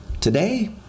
Today